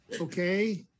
Okay